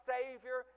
Savior